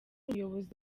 umuyobozi